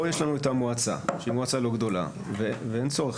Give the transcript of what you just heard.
פה יש לנו את המועצה שהיא מועצה לא גדולה ואין צורך